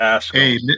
Hey